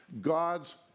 God's